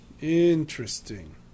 Interesting